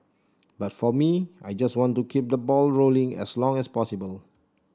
but for me I just want to keep that ball rolling as long as possible